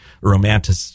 romantic